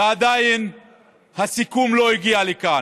ועדיין הסיכום לא הגיע לכאן.